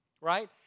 right